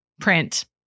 print